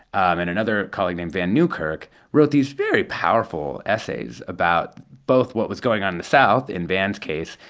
and another colleague named vann newkirk wrote these very powerful essays about both what was going on in the south, in vann's case,